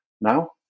now